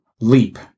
leap